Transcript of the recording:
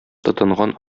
тотынган